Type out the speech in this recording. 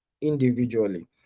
individually